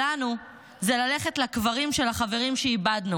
שלנו, זה ללכת לקברים של החברים שאיבדנו.